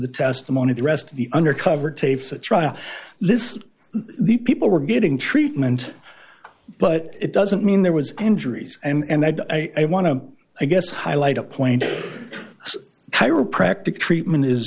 the testimony the rest of the undercover tapes the trial lists the people were getting treatment but it doesn't mean there was injuries and i want to i guess highlight a point chiropractic treatment is